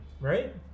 right